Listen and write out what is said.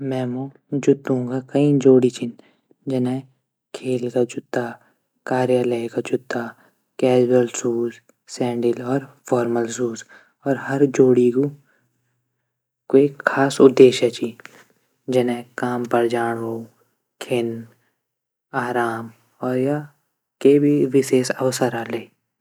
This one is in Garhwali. मैमूम जूतों क कई जोडी छिन जनई खेल का जूता कार्यालय का जूता। Casual shoes. सैंडिल और फौरमल शूज। हर जोडी क खास उद्देश्य च जनई काम पर जाण खिन आराम कै भी विशेष अवसर ले।